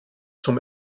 zum